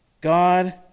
God